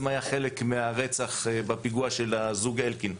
היה חלק מהרצח בפיגוע של הזוג הנקין.